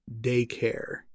daycare